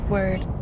Word